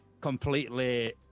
completely